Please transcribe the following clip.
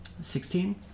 Sixteen